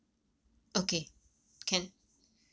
okay can